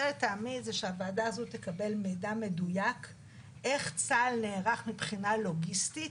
שהוועדה הזאת תקבל מידע מדויק איך צה"ל נערך מבחינה לוגיסטית,